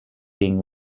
king